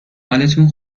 حالتون